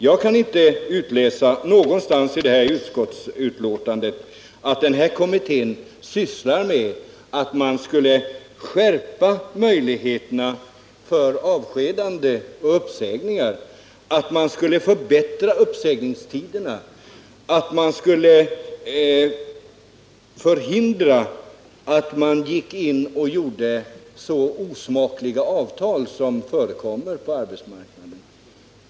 Jag kan inte någonstans i detta utskottsbetänkande utläsa att denna kommitté sysslar med att skärpa villkoren för avskedanden och uppsägningar, förbättra uppsägningstiderna och förhindra att man utformar så osmakliga avtal som förekommer på arbetsmarknaden.